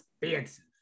expensive